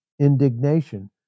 Indignation